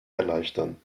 erleichtern